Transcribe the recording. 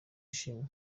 ishimwe